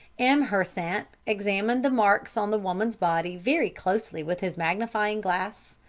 m. hersant examined the marks on the woman's body very closely with his magnifying-glass.